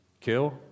kill